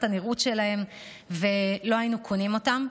הנראות שלהם ולא היינו קונים אותם,